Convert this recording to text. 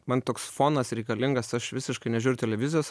man toks fonas reikalingas aš visiškai nežiūri televizijos aš